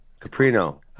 Caprino